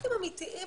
פרויקטים אמיתיים